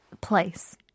place